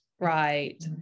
Right